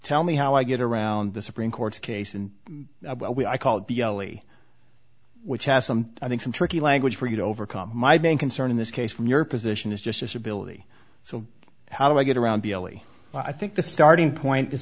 tell me how i get around the supreme court case and when i called the ele which has some i think some tricky language for you to overcome my main concern in this case from your position is just disability so how do i get around the early i think the starting point is